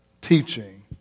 teaching